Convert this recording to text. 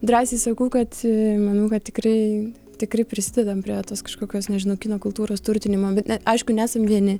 drąsiai sakau kad manau kad tikrai tikrai prisidedam prie tos kažkokios nežinau kino kultūros turtinimo bet ne aišku nesam vieni